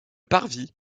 parvis